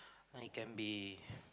it can be